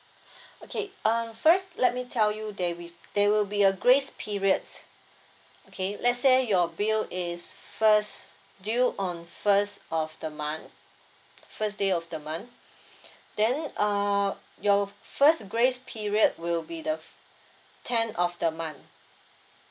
okay uh first let me tell you they we they will be a grace periods okay let's say your bill is first due on first of the month first day of the month then uh your first grace period will be the tenth of the month